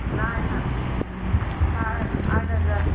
ना ना सा आट हजार